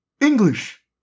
English